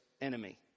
enemy